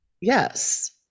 yes